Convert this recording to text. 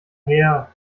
her